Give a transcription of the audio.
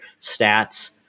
stats